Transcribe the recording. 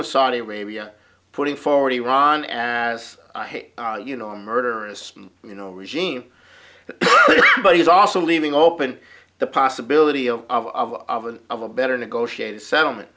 with saudi arabia putting forward iran as you know a murderous you know regime but he's also leaving open the possibility of of a of a better negotiated settlement